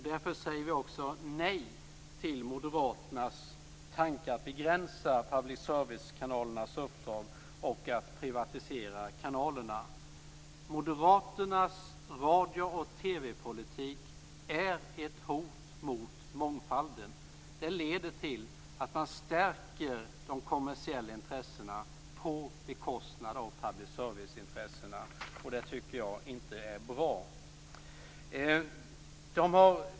Därför säger vi nej till Moderaternas tanke att begränsa public service-kanalernas uppdrag och att privatisera kanalerna. Moderaternas radio och TV-politik är ett hot mot mångfalden. Den leder till att man stärker de kommersiella intressena på bekostnad av public service-intressena. Det är inte bra.